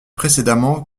précédemment